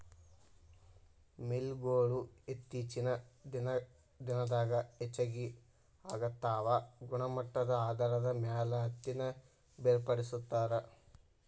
mill ಗೊಳು ಇತ್ತೇಚಿನ ದಿನದಾಗ ಹೆಚಗಿ ಆಗಾಕತ್ತಾವ ಗುಣಮಟ್ಟದ ಆಧಾರದ ಮ್ಯಾಲ ಹತ್ತಿನ ಬೇರ್ಪಡಿಸತಾರ